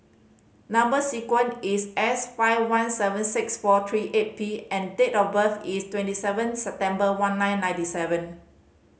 number sequence is S five one seven six four three eight P and date of birth is twenty seven September one nine ninety seven